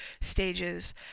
stages